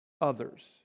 others